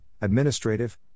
administrative